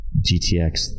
GTX